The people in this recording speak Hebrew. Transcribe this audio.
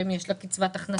אם יש לה קצבת הכנסה,